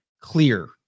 clear